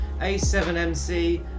A7MC